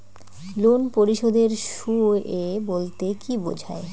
Loan পরিশোধের সূএ বলতে কি বোঝায়?